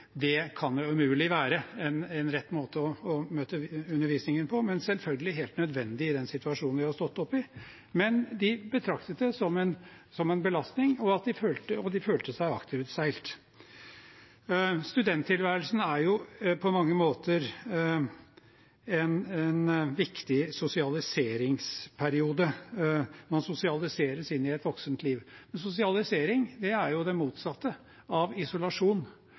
Det kan umulig være en rett måte å møte undervisningen på. Det er selvfølgelig helt nødvendig i den situasjonen vi har stått oppe i, men de betraktet det som en belastning, og de følte seg akterutseilt. Studenttilværelsen er på mange måter en viktig sosialiseringsperiode. Man sosialiseres inn i et voksent liv. Men sosialisering er det motsatte av isolasjon,